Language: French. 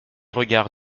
regards